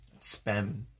Spam